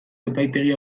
epaitegi